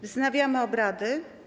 Wznawiam obrady.